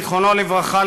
זכרו לברכה,